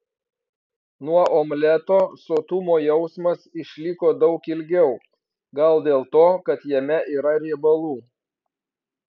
nuo omleto sotumo jausmas išliko daug ilgiau gal dėl to kad jame yra riebalų